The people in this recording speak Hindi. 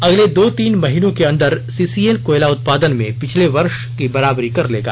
अगले दो तीन महीनों के अंदर सीसीएल कोयला उत्पादन में पिछले वर्ष की बराबरी कर लेगा